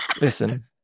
Listen